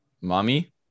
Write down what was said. Mommy